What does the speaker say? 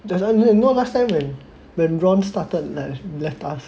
there's you know last time when Ron started and left us